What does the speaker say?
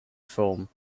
form